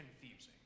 confusing